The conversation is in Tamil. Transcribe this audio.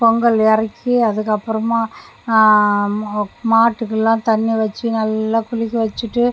பொங்கல் இறக்கி அதுக்கப்புறமா மொ மாட்டுக்கெல்லாம் தண்ணி வச்சு நல்லா குளிக்க வச்சுட்டு